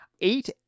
Eight